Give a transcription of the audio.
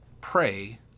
pray